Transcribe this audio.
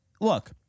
look